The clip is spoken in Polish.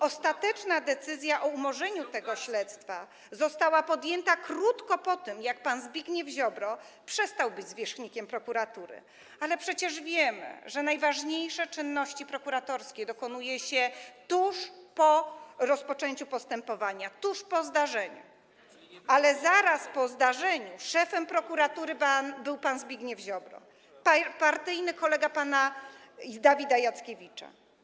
Ostateczna decyzja o umorzeniu tego śledztwa została podjęta krótko po tym, jak pan Zbigniew Ziobro przestał być zwierzchnikiem prokuratury, ale przecież wiemy, że najważniejsze czynności prokuratorskie wykonuje się tuż po rozpoczęciu postępowania, tuż po zdarzeniu, a zaraz po zdarzeniu szefem prokuratury był pan Zbigniew Ziobro, partyjny kolega pana Dawida Jackiewicza.